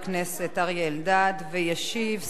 ישיב שר הפנים, השר אלי ישי.